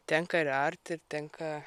tenka ir art ir tenka